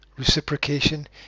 Reciprocation